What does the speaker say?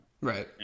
Right